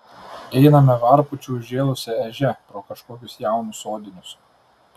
einame varpučiu užžėlusia ežia pro kažkokius jaunus sodinius